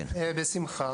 שלו.